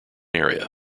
area